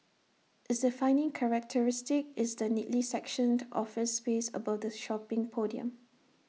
its defining characteristic is the neatly sectioned office space above the shopping podium